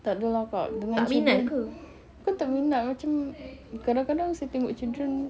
tak ada lah kak dengan children bukan tak minat macam kadang-kadang saya tengok children